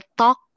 talk